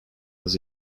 was